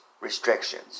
restrictions